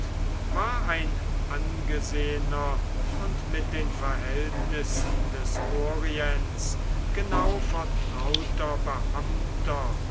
war ein angesehener und mit den verhältnissen des orients genau vertrauter beamter